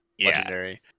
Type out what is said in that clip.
legendary